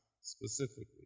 specifically